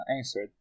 Answered